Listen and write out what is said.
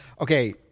Okay